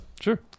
sure